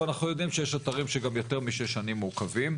ואנחנו יודעים שיש אתרים שגם יותר משש שנים מעוכבים.